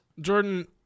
Jordan